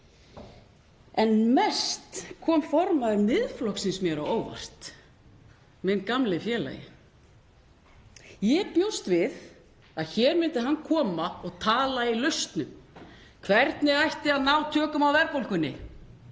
En mest kom formaður Miðflokksins mér á óvart, minn gamli félagi. Ég bjóst við að hér myndi hann koma og tala í lausnum; hvernig ætti að ná tökum á verðbólgunni,